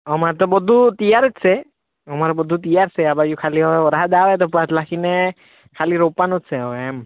અમારે તો બધ્ધું તૈયાર જ છે અમારે બધ્ધું તૈયાર છે આ બાજુ ખાલી હવે વરસાદ આવે તો પાક નાખીને ખાલી રોપવાનું જ છે હવે એમ